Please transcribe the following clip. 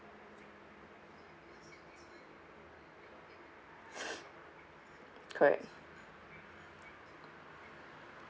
correct